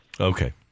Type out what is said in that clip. Okay